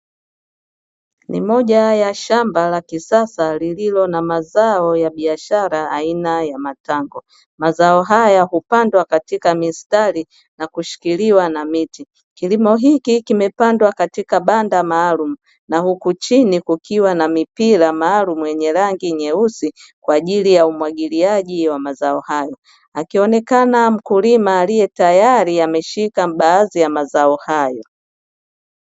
Ni moja ya shamba la kisasa lililo na mazao ya biashara aina ya matango. Mazao haya hupandwa katika mistari na kushikiliwa na miti. Kilimo hiki kimepandwa katika banda maalumu na huku chini kukiwa na mipira maalumu yenye rangi nyeusi kwa ajili ya umwagiliaji wa mazao hayo. Akionekana mkulima aliye tayari ameshika baadhi ya mazao hayo.